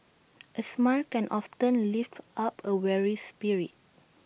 A smile can often lift up A weary spirit